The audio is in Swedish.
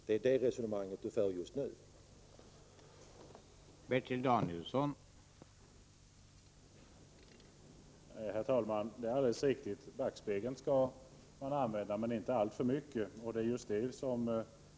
Det är på ett sådant sätt som Bertil Danielsson just nu för resonemanget.